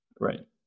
Right